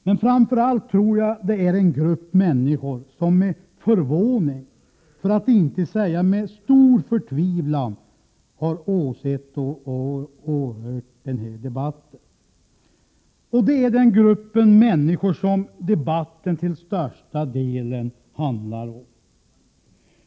Men jag tror också att det finns en grupp människor som med förvåning -— för att inte säga med stor förtvivlan — har tagit del i debatten. Det är den grupp människor som debatten till största delen handlar om.